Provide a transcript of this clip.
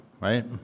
right